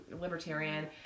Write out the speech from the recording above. libertarian